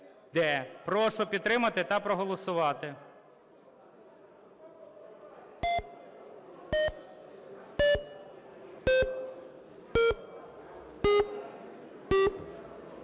Прошу підтримати та проголосувати.